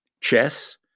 Chess